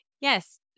Yes